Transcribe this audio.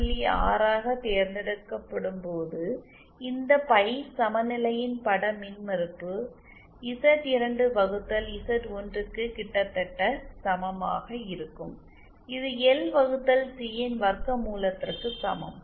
6 ஆகத் தேர்ந்தெடுக்கப்படும்போது இந்த பை சமநிலையின் பட மின்மறுப்பு Z2 வகுத்தல் Z1 க்கு கிட்டத்தட்ட சமமாக இருக்கும் இது L வகுத்தல் C ன் வர்க்க மூலத்திற்கு சமம்